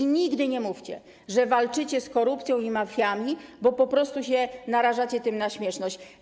I nigdy nie mówcie, że walczycie z korupcją i mafiami, bo po prostu narażacie się tym na śmieszność.